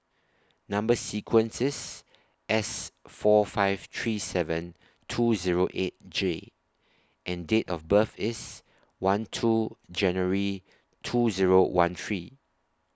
Number sequence IS S four five three seven two Zero eight J and Date of birth IS one two January two Zero one three